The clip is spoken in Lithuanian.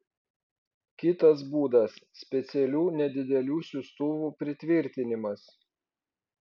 kitas būdas specialių nedidelių siųstuvų pritvirtinimas